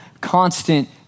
constant